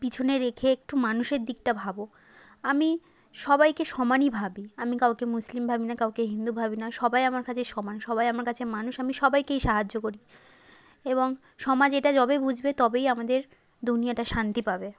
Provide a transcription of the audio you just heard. পিছনে রেখে একটু মানুষের দিকটা ভাবো আমি সবাইকে সমানই ভাবি আমি কাউকে মুসলিম ভাবি না কাউকে হিন্দু ভাবি না সবাই আমার কাছে সমান সবাই আমার কাছে মানুষ আমি সবাইকেই সাহায্য করি এবং সমাজ এটা যবে বুঝবে তবেই আমাদের দুনিয়াটা শান্তি পাবে